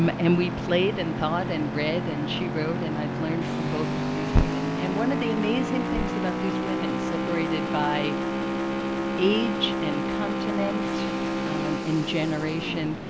um and we played, and thought, and read, and she wrote, and i've learned from both of but these women. and one of the amazing things about these women separated by age and continent um and generation,